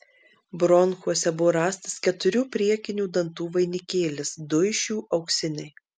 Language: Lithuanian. bronchuose buvo rastas keturių priekinių dantų vainikėlis du iš jų auksiniai